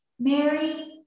Mary